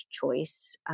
choice